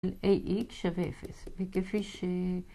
איקס שווה 0, וכפי ש...